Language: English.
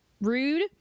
rude